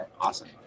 Awesome